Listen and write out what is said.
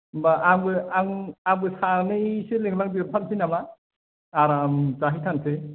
होमबा आंबो आं आंबो सानैसो लिंलांदेरफानोसै नामा आराम गाखो थारसै